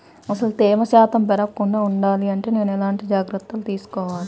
అసలు తేమ శాతం పెరగకుండా వుండాలి అంటే నేను ఎలాంటి జాగ్రత్తలు తీసుకోవాలి?